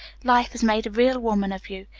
life has made a real woman of you.